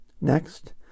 Next